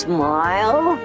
Smile